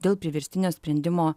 dėl priverstinio sprendimo